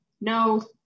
No